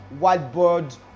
whiteboard